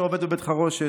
שעובד בבית חרושת,